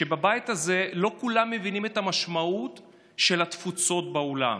שבבית הזה לא כולם מבינים את המשמעות של התפוצות בעולם.